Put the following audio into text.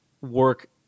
work